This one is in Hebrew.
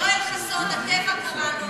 יואל חסון, הטבע קרא לו.